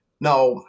Now